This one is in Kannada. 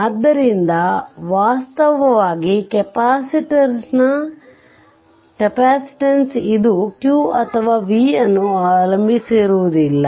ಆದ್ದರಿಂದ ವಾಸ್ತವವಾಗಿ ಕೆಪಾಸಿಟನ್ಸ್ ಇದು q ಅಥವಾ v ಅನ್ನು ಅವಲಂಬಿಸಿರುವುದಿಲ್ಲ